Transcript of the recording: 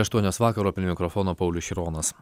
aštuonios vakaro prie mikrofono paulius šironas